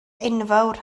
enfawr